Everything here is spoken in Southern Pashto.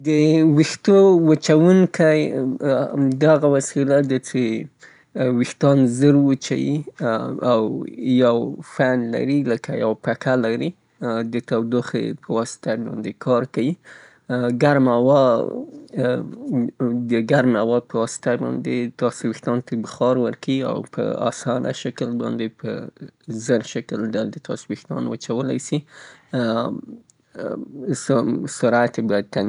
د ویښتو وچوونکي، د لاندې ویښتانو د وچوولو پخاطر باندې په داخل کې یو پکه یې لري او یو کویل لري څې هغه هغه کویل ګرمه هوا او بیا د پکې په واسطه بیرون دا هوا ، پیرون ته پاشل کیږي او دغه تودوجه باعث د دې کیږي چه ويښتان وچ کړي او په سرعت باندې البته نظر عادي حالت ته.